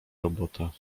robota